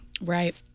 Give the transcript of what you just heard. Right